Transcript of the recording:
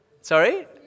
Sorry